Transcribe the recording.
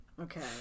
Okay